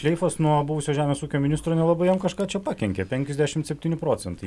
šleifas nuo buvusio žemės ūkio ministro nelabai jam kažką čia pakenkė penkiasdešimt septyni procentai